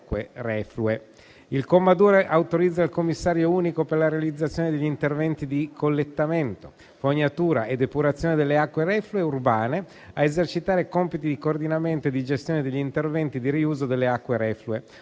Il comma 2 autorizza il Commissario unico per la realizzazione degli interventi di collettamento, fognatura e depurazione delle acque reflue urbane a esercitare compiti di coordinamento e di gestione degli interventi di riuso delle acque reflue, ove